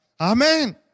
Amen